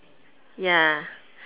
ya